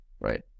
right